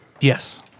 Yes